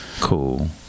Cool